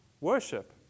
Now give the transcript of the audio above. worship